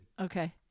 Okay